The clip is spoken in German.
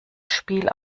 spiel